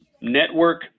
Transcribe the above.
network